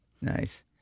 Nice